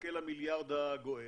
ומחכה למיליארד הגואל,